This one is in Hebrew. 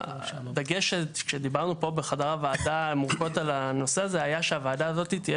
הדגש שדיברנו פה בחדר הוועדה ארוכות על הנושא הזה היה שהוועדה הזאת תהיה